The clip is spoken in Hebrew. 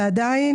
ועדיין,